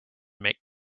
make